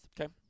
Okay